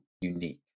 unique